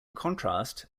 contrast